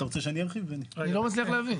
אני לא מצליח להבין.